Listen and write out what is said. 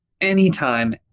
anytime